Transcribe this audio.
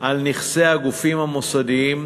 על נכסי הגופים המוסדיים,